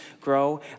grow